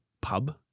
pub